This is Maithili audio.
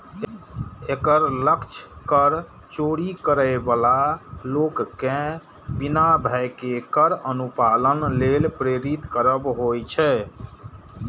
एकर लक्ष्य कर चोरी करै बला लोक कें बिना भय केर कर अनुपालन लेल प्रेरित करब होइ छै